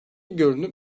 görünüm